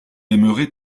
aimerait